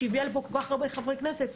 שהביאה לפה כל כך הרבה חברי כנסת,